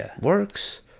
works